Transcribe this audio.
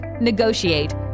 negotiate